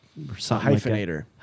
hyphenator